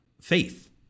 faith